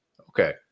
okay